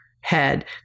head